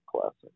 classic